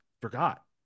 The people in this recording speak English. forgot